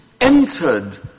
entered